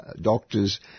doctors